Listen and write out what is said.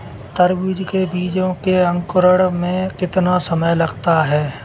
तरबूज के बीजों के अंकुरण में कितना समय लगता है?